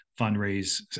fundraise